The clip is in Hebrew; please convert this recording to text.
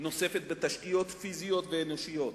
נוספת בתשתיות פיזיות ואנושיות.